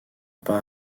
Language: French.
pas